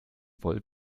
voll